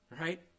right